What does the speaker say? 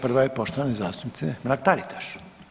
Prva je poštovane zastupnice Mrak Taritaš.